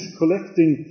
collecting